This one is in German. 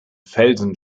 felsen